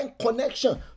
connection